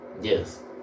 Yes